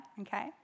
okay